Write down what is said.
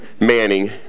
Manning